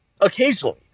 Occasionally